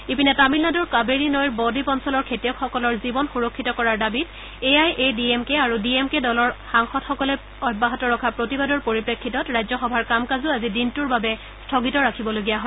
ইপিনে তামিলনাডুৰ কাৱেৰী নৈৰ বদ্বীপ অঞ্চলৰ খেতিয়কসকলৰ জীৱন সৰক্ষিত কৰাৰ দাবীত এআইএডি এম কে আৰু ডিএমকে দলৰ সাংসদসকলে অব্যাহত ৰখা প্ৰতিবাদৰ প্ৰৰিপ্ৰেক্ষিতত ৰাজ্যসভাৰ কাম কাজো আজি দিনটোৰ বাবে স্থগিত ৰাখিবলগীয়া হয়